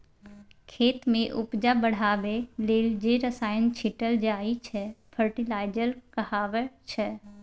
खेत मे उपजा बढ़ाबै लेल जे रसायन छीटल जाइ छै फर्टिलाइजर कहाबै छै